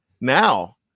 now